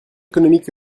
économiques